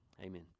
Amen